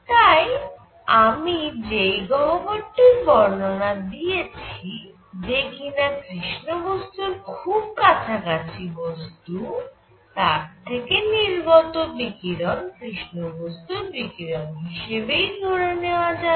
তাই আমি যেই গহ্বরটির বর্ণনা দিয়েছি যে কিনা কৃষ্ণ বস্তুর খুব কাছাকাছি বস্তু তার থেকে নির্গত বিকিরণ কৃষ্ণ বস্তুর বিকিরণ হিসেবেই ধরে নেওয়া যাবে